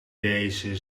deze